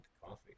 coffee